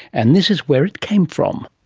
and this is where it came from.